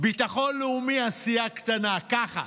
ביטחון לאומי, עשייה קטנה, ככה,